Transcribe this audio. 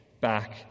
back